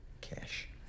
Cash